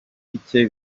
bike